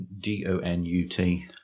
D-O-N-U-T